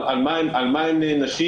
על מה הם נענשים?